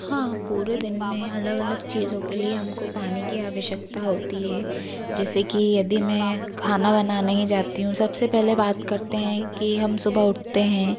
हाँ पूरे दिन में अलग अलग चीज़ों के लिए हमको पानी की आवश्यकता होती है जैसे कि यदि मैं खाना बनाने ही जाती हूँ सबसे पहले बात करते हैं कि हम सुबह उठते हैं